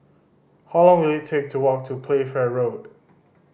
how long will it take to walk to Playfair Road